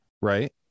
right